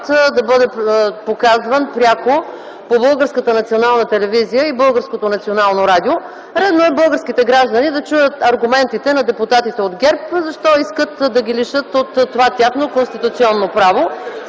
и Българското национално радио. Редно е българските граждани да чуят аргументите на депутатите от ГЕРБ – защо искат да ги лишат от това тяхно конституционно право.